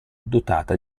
dotata